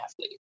athlete